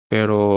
Pero